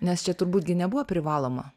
nes čia turbūt gi nebuvo privaloma